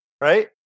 right